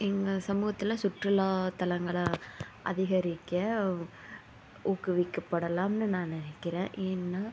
எங்கள் சமூகத்தில் சுற்றுலா தலங்களை அதிகரிக்க ஊக்குவிக்க படலாம்ன்னு நான் நினைக்கிறேன் ஏன்னா